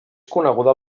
coneguda